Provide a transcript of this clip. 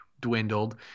dwindled